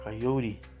coyote